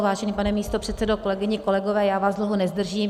Vážený pane místopředsedo, kolegyně, kolegové, já vás dlouho nezdržím.